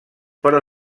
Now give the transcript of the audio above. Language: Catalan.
però